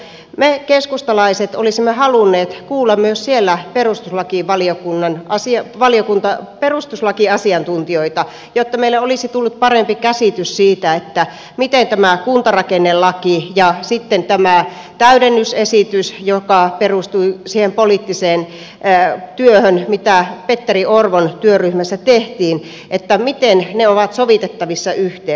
me keskustalaiset olisimme halunneet kuulla myös siellä perustuslakivaliokunnan perustuslakiasiantuntijoita jotta meille olisi tullut parempi käsitys siitä miten tämä kuntarakennelaki ja tämä täydennysesitys joka perustui siihen poliittiseen työhön mitä petteri orpon työryhmässä tehtiin ovat sovitettavissa yhteen